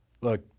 Look